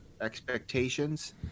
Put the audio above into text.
expectations